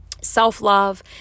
self-love